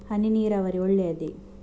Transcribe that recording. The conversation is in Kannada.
ಹನಿ ನೀರಾವರಿ ಒಳ್ಳೆಯದೇ?